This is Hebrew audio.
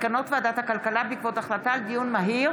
מסקנות ועדת הכלכלה בעקבות דיון מהיר